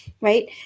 right